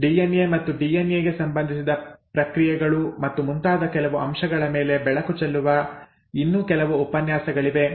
DNA ಮತ್ತು DNA ಗೆ ಸಂಬಂಧಿಸಿದ ಪ್ರಕ್ರಿಯೆಗಳು ಮತ್ತು ಮುಂತಾದ ಕೆಲವು ಅಂಶಗಳ ಮೇಲೆ ಬೆಳಕು ಚೆಲ್ಲುವ ಇನ್ನೂ ಕೆಲವು ಉಪನ್ಯಾಸಗಳಿವೆ